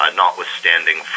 notwithstanding